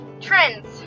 trends